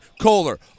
Kohler